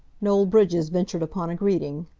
noel bridges ventured upon a greeting.